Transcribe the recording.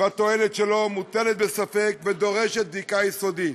והתועלת שלו מוטלת בספק ודורשת בדיקה יסודית.